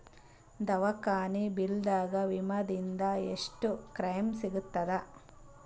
ದವಾಖಾನಿ ಬಿಲ್ ಗ ವಿಮಾ ದಿಂದ ಎಷ್ಟು ಕ್ಲೈಮ್ ಸಿಗತದ?